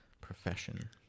profession